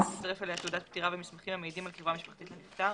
וצירף אליה תעודת פטירה ומסמכים המעידים על קירבה משפחתית לנפטר